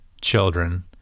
children